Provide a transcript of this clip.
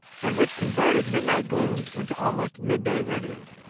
and which converted midnight glooms into almost midday radiance.